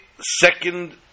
second